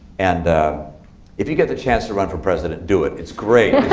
and if you get the chance to run for president, do it. it's great.